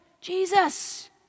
Jesus